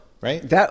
right